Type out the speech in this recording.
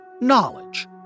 knowledge